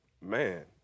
man